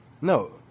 No